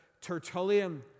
Tertullian